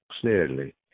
clearly